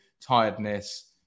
tiredness